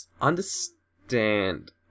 understand